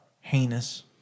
heinous